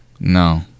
No